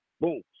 Boom